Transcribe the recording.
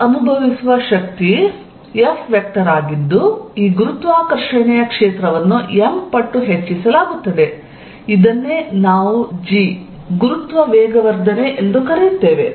ಇದು ಅನುಭವಿಸುವ ಶಕ್ತಿ F ವೆಕ್ಟರ್ ಆಗಿದ್ದು ಈ ಗುರುತ್ವಾಕರ್ಷಣೆಯ ಕ್ಷೇತ್ರವನ್ನು m ಪಟ್ಟು ಹೆಚ್ಚಿಸಲಾಗುತ್ತದೆ ಇದನ್ನೇ ನಾವು g ಗುರುತ್ವ ವೇಗವರ್ಧನೆ ಎಂದು ಕರೆಯುತ್ತೇವೆ